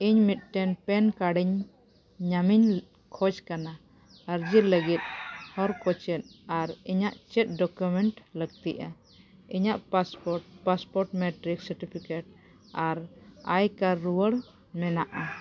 ᱤᱧ ᱢᱤᱫᱴᱮᱱ ᱯᱮᱱ ᱠᱟᱨᱰᱤᱧ ᱧᱟᱢᱮᱧ ᱠᱷᱚᱡᱽ ᱠᱟᱱᱟ ᱟᱨᱡᱤ ᱞᱟᱹᱜᱤᱫ ᱦᱚᱨ ᱠᱚ ᱪᱮᱫ ᱟᱨ ᱤᱧᱟᱹᱜ ᱪᱮᱫ ᱰᱳᱠᱚᱢᱮᱱᱴ ᱞᱟᱹᱠᱛᱤᱜᱼᱟ ᱤᱧᱟᱹᱜ ᱯᱟᱥᱯᱳᱨᱴ ᱯᱟᱥᱯᱳᱨᱴ ᱢᱮᱴᱨᱤᱠ ᱥᱟᱨᱴᱤᱯᱷᱤᱠᱮᱹᱴ ᱟᱨ ᱟᱭ ᱠᱟᱨᱰ ᱨᱩᱣᱟᱹᱲ ᱢᱮᱱᱟᱜᱼᱟ